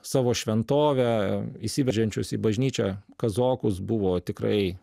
savo šventovę įsiveržiančius į bažnyčią kazokus buvo tikrai